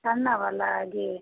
ಸಣ್ಣವನಲ್ಲ ಆಗಿ